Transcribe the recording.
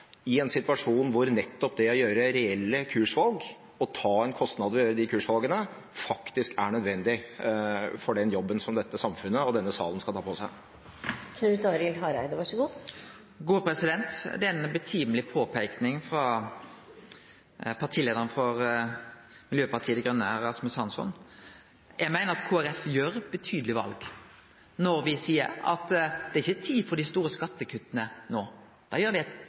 i en situasjon hvor nettopp det å gjøre reelle kursvalg og ta en kostnad ved å gjøre de kursvalgene, faktisk er nødvendig for den jobben som dette samfunnet og denne salen skal ta på seg? Det er ei høveleg påpeiking frå partileiaren for Miljøpartiet Dei Grøne, Rasmus Hansson. Eg meiner at Kristeleg Folkeparti gjer betydelege val når me seier at det ikkje er tida for dei store skattekutta no. Da